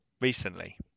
recently